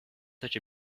such